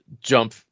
jump